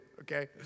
okay